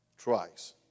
twice